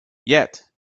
yet